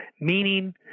Meaning